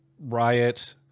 riot